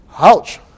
Ouch